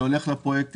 זה הולך לפרויקטים,